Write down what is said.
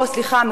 סליחה,